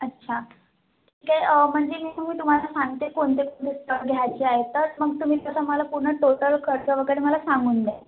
अच्छा ठीक आहे म्हणजे मी तुम्ही तुम्हाला सांगते कोणते कोणते घ्यायचे आहे तर मग तुम्ही तसं मला पूर्ण टोटल खर्च वगैरे मला सांगून द्या